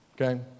Okay